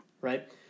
right